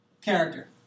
character